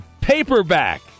Paperback